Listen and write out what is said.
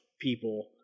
people